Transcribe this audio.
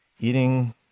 eating